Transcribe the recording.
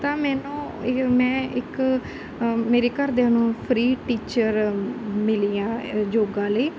ਤਾਂ ਮੈਨੂੰ ਇਹ ਮੈਂ ਇੱਕ ਮੇਰੇ ਘਰਦਿਆਂ ਨੂੰ ਫ੍ਰੀ ਟੀਚਰ ਮਿਲੀ ਹਾਂ ਯੋਗਾ ਲਈ